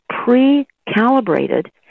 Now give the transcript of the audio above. pre-calibrated